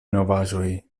novaĵoj